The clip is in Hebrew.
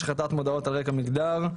השחתת מודעות על רקע מגדר),